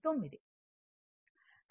39